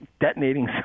detonating